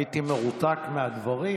הייתי מרותק מהדברים,